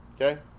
Okay